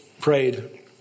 prayed